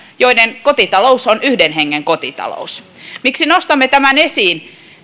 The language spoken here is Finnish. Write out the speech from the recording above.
joiden kotitalous on yhden hengen kotitalous miksi nostamme tämän esiin